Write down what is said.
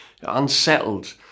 unsettled